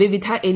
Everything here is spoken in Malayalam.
വിവിധ എൻ